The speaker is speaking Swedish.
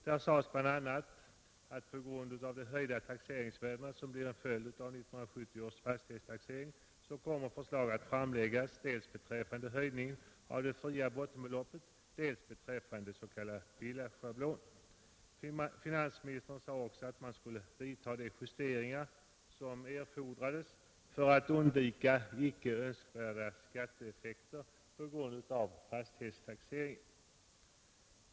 Där sades bl.a. att på grund av de höjda taxeringsvärden som blir en följd av 1970 års fastighetstaxering kommer förslag att framläggas dels beträffande höjning av det fria bottenbeloppet, dels beträffande s.k. villaschablon. Finansministern sade också att man skulle vidta de justeringar som erfordrades för att undvika icke önskvärda skatteeffekter på grund av fastighetstaxeringen.